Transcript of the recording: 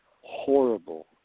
horrible